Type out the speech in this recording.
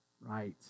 Right